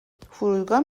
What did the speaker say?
فرودگاه